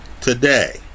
today